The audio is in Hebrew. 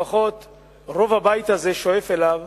לפחות רוב הבית הזה, שואף אליו,